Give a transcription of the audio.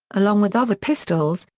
along with other pistols,